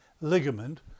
ligament